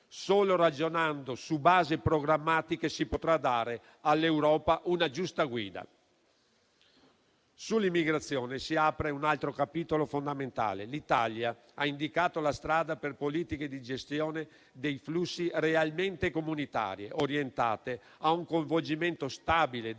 Solo ragionando su basi programmatiche si potrà dare all'Europa una giusta guida. Sull'immigrazione si apre un altro capitolo fondamentale. L'Italia ha indicato la strada per politiche di gestione dei flussi realmente comunitarie, orientate a un coinvolgimento stabile